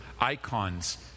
icons